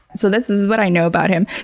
so this is what i know about him.